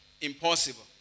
impossible